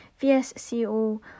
VSCO